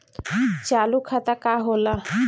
चालू खाता का होला?